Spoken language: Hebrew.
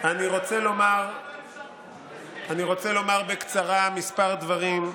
אני רוצה לומר בקצרה כמה דברים,